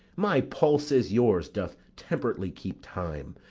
my pulse, as yours, doth temperately keep time,